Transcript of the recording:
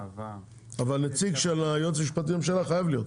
אבל חייב להיות נציג של היועץ המשפטי לממשלה,